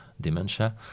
dementia